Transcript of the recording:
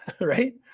right